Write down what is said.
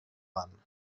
dan